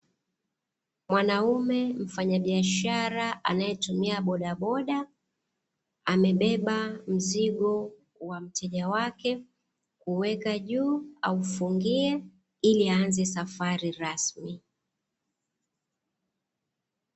Mwanaume mfanyabiashara anayetumia bodaboda amebeba mzigo wa mteja wake kuuweka juu aufungie ili aanze safari rasmi.